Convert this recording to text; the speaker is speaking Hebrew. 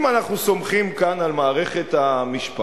אם אנחנו סומכים כאן על מערכת המשפט,